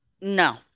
No